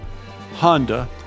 Honda